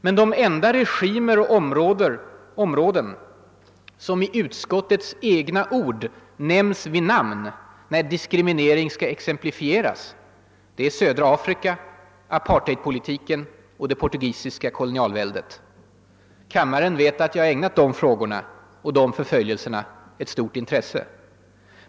Men de enda regimer och områden som med utskottets egna ord nämns vid namn när diskriminering exemplifieras är södra Afrika, apartheidpolitiken och det portugisiska kolonialväldet. Kammaren vet att jag ägnat de frågorna och de förföljelserna ett stort intresse.